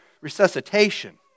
resuscitation